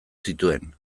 zituen